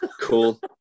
cool